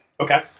Okay